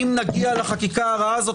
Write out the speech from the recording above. אם נגיע לחקיקה הרעה הזאת,